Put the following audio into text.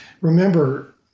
Remember